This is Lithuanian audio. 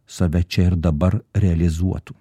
save čia ir dabar realizuotų